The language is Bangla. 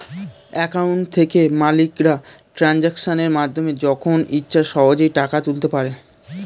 অ্যাকাউন্ট থেকে মালিকরা ট্রানজাকশনের মাধ্যমে যখন ইচ্ছে সহজেই টাকা তুলতে পারে